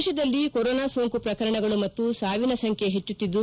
ದೇಶದಲ್ಲಿ ಕೊರೊನಾ ಸೋಂಕು ಪ್ರಕರಣಗಳು ಮತ್ತು ಸಾವಿನ ಸಂಖ್ಯೆ ಹೆಚ್ಚುತ್ತಿದ್ದು